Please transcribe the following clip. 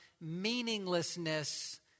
meaninglessness